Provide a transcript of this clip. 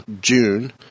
June